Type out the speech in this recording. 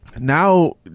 now